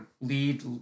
lead